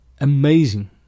Amazing